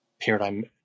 paradigm